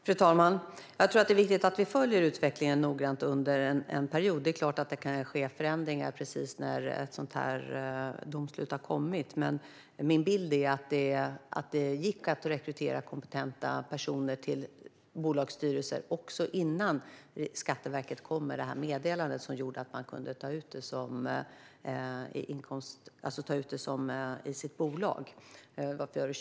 Fru talman! Jag tror att det är viktigt att vi följer utvecklingen noggrant under en period. Det är klart att det kan ske förändringar när ett sådant här domslut har kommit. Men min bild är att det gick att rekrytera kompetenta personer till bolagsstyrelser också innan Skatteverket kom med det meddelande som gjorde att man kunde ta ut detta i sitt bolag.